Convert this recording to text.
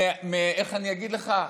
איך אני אגיד לך,